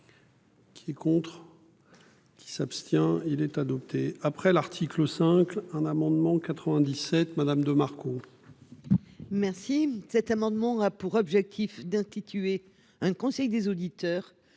Qui est contre. Qui s'abstient. Il est adopté après l'article 5, un amendement 97 madame de Marco. Merci. Cet amendement a pour objectif d'instituer un conseil des auditeurs